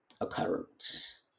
occurrence